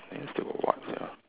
then got what sia